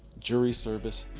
jury service,